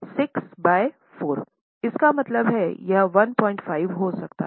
6 by 4 इसका मतलब है यह 15 हो जाता है